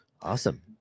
awesome